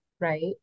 right